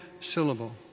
syllable